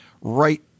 right